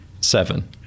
Seven